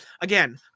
again